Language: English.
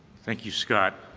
thank you, scott.